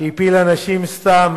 שהפיל אנשים סתם,